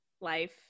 life